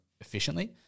efficiently